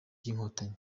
by’inkotanyi